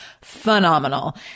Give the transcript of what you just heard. phenomenal